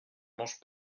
mange